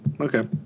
Okay